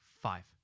Five